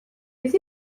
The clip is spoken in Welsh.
beth